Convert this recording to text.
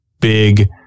big